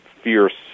fierce